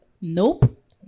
nope